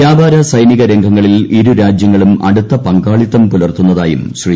വ്യാപാര സൈനിക രംഗങ്ങളിൽ ഇരു രാജ്യങ്ങളും അടുത്ത പങ്കാളിത്തം പുലർത്തുന്നതായും ശ്രീ